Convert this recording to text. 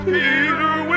Peter